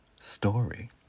story